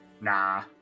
Nah